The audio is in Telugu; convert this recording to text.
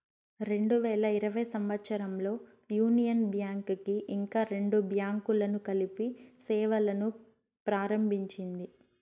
రెండు వేల ఇరవై సంవచ్చరంలో యూనియన్ బ్యాంక్ కి ఇంకా రెండు బ్యాంకులను కలిపి సేవలును ప్రారంభించింది